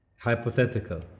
hypothetical